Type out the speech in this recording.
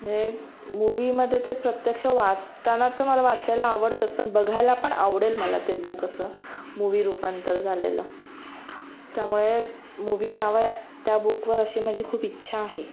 मूवीमध्ये ते प्रत्यक्ष वाचताना तर मला वाचायला आवडतंच पण बघायला पण आवडेल मला ते बुक असं मूवी रूपांतर झालेलं त्यामुळे मूवी यावा त्या बुकवर अशी माझी खूप इच्छा आहे